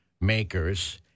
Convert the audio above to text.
makers